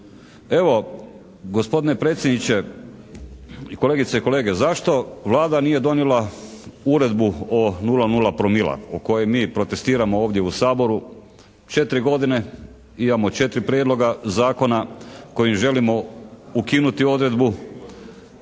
evo gospodine predsjedniče i kolegice i kolege, zašto Vlada nije donijela uredbu o 0,0 promila o kojoj mi protestiramo ovdje u Saboru? 4 godine imamo 4 prijedloga Zakona kojim želimo ukinuti odredbu,